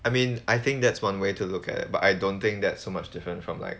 I mean I think that's one way to look at it but I don't think that so much different from like